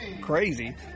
crazy